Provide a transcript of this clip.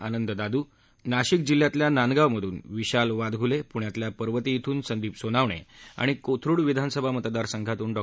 आनंद दादू गुरव नाशिक जिल्ह्यातल्या नांदगावमधून विशाल वादघुले पुण्यातल्या पर्वती श्रिन संदीप सोनवणे आणि कोथरुड विधानसभा मतदारसंघातून डॉ